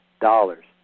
dollars